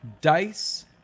dice